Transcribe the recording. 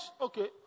Okay